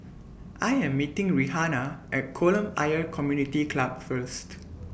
I Am meeting Rihanna At Kolam Ayer Community Club First